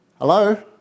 Hello